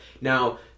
Now